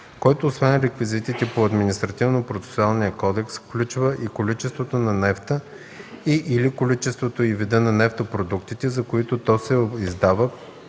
който освен реквизитите по Административнопроцесуалния кодекс включва и количествата на нефта и/или количеството и вида на нефтопродуктите, за които то се издава,